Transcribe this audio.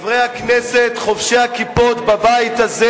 חברי הכנסת חובשי הכיפות בבית הזה,